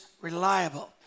reliable